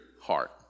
heart